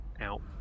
out